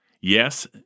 Yes